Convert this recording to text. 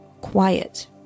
quiet